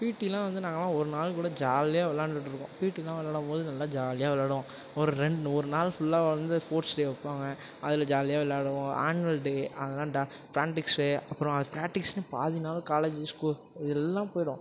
பீட்டிலாம் வந்து நாங்களாம் வந்து ஒரு நாள் கூட ஜாலியாக விளாண்டுட்டு இருப்போம் பீட்டிலாம் விளாடம் போது நல்லா ஜாலியாக விளாடுவோம் ஒரு ரெண்டு ஒரு நாள் ஃபுல்லாக வந்து ஸ்போர்ட்ஸ் டே வைப்பாங்க அதில் ஜாலியாக விளாடுவோம் ஆனுவல் டே அதெல்லாம் டே பிரான்டிக்ஸ்ஸு அப்புறம் அது பிராக்டிஸ்ன்னு பாதி நாள் காலேஜ்ஜு ஸ்கூ இது எல்லாம் போய்விடும்